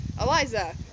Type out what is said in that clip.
Eliza